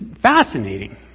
fascinating